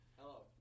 Hello